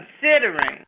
considering